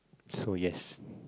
so yes